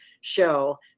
show